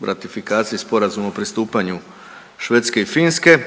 ratifikaciji sporazum o pristupanju Švedske i Finske